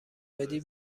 بدی